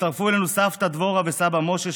הצטרפו אלינו סבתא דבורה וסבא משה,